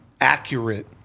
accurate